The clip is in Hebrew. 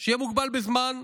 שיהיה מוגבל בזמן,